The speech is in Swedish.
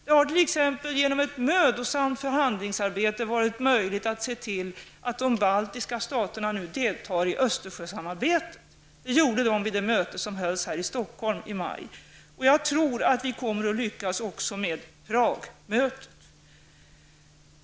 Det har t.ex. genom ett mödosamt förhandlingsarbete varit möjligt att se till att de baltiska staterna nu deltar i Östersjösamarbetet. Det gjorde de vid det möte som hölls i Stockholm i maj. Jag tror att vi kommer att lyckas också med Pragmötet.